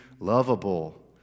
lovable